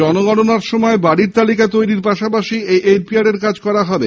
জনগণনার সময় বাড়ির তালিকা তৈরির পাশাপাশি এই এনপিআর এর কাজ করা হবে